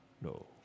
No